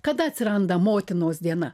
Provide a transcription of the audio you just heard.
kada atsiranda motinos diena